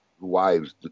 wives